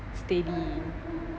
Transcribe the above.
steady